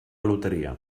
loteria